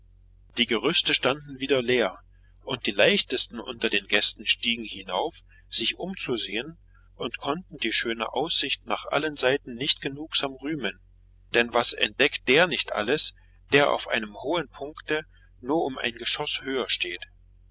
die gerüste standen wieder leer und die leichtesten unter den gästen stiegen hinauf sich umzusehen und konnten die schöne aussicht nach allen seiten nicht genugsam rühmen denn was entdeckt der nicht alles der auf einem hohen punkte nur um ein geschoß höher steht